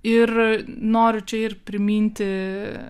ir noriu čia ir priminti